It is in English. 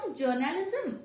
journalism